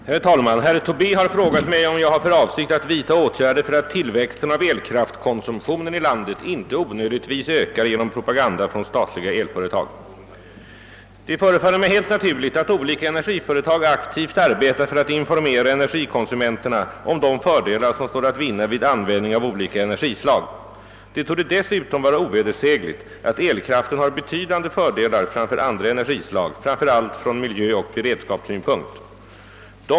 Herr talman! Herr Tobé har frågat mig om jag har för avsikt att vidta åtgärder för att tillväxten av elkraftkonsumtionen i landet inte onödigtvis ökar genom propaganda från statliga elföretag. Det förefaller mig helt naturligt att olika energiföretag aktivt arbetar för att informera energikonsumenterna om de fördelar, som står att vinna vid användning av olika energislag. Det torde dess utom vara ovedersägligt att elkraften har betydande fördelar framför andra energislag, framför allt från miljöoch beredskapssynpunkt.